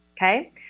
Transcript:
Okay